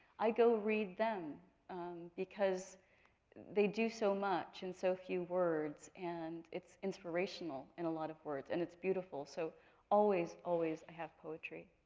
i go read them because they do so much in so few words and it's inspirational in a lot of words and it's beautiful. so always, always i have poetry.